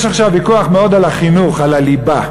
יש עכשיו ויכוח על החינוך, על הליבה.